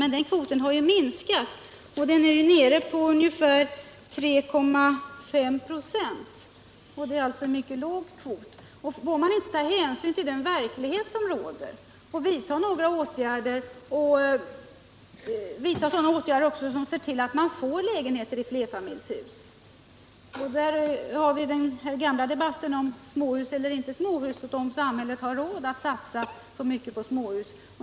Men den kvoten har minskat och är nere på ungefär 3,5 96 — alltså en mycket låg kvot. Men skall man inte ta hänsyn till den verklighet som råder och vidta sådana åtgärder att man får fler lägenheter i flerfamiljshus? Här har vi den gamla debatten om småhus eller inte, om samhället har råd att satsa så mycket på småhus.